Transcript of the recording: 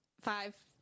five